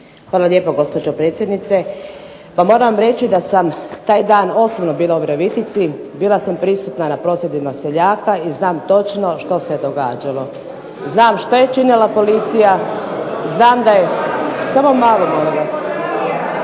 Hvala lijepo gospođo predsjednice. Pa moram reći da sam taj dan osobno bila u Virovitici, bila sam prisutna na prosvjedima seljaka i znam točno što se događalo. Znam što je činila policija. Samo malo molim